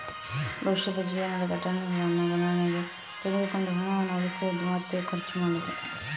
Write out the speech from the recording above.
ಭವಿಷ್ಯದ ಜೀವನದ ಘಟನೆಗಳನ್ನ ಗಣನೆಗೆ ತೆಗೆದುಕೊಂಡು ಹಣವನ್ನ ಉಳಿಸುದು ಮತ್ತೆ ಖರ್ಚು ಮಾಡುದು